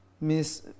Miss